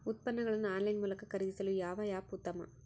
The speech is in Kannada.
ಉತ್ಪನ್ನಗಳನ್ನು ಆನ್ಲೈನ್ ಮೂಲಕ ಖರೇದಿಸಲು ಯಾವ ಆ್ಯಪ್ ಉತ್ತಮ?